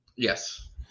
Yes